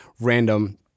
random